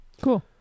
Cool